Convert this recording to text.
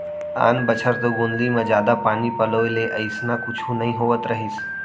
आन बछर तो गोंदली म जादा पानी पलोय ले अइसना कुछु नइ होवत रहिस